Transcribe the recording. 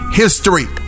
history